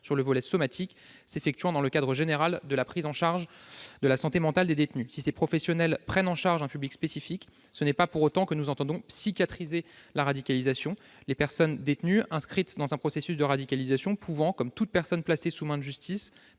sur le volet somatique, s'effectuant dans le cadre général de la prise en charge de la santé mentale des détenus. Si ces professionnels prennent en charge un public spécifique, nous n'entendons pas pour autant « psychiatriser » la radicalisation, les personnes détenues inscrites dans un processus de radicalisation pouvant, comme toute personne placée sous main de justice,